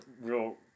real